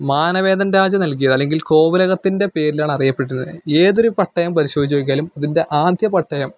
മാനവേദൻ രാജ നല്കിയത് അല്ലെങ്കില് കോവിലകത്തിന്റെ പേരിലാണ് അറിയപ്പെട്ടിരുന്നത് ഏതൊരു പട്ടയം പരിശോധിച്ച് നോക്കിയാലും അതിന്റെ ആദ്യ പട്ടയം